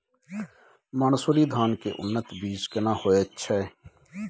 मन्सूरी धान के उन्नत बीज केना होयत छै?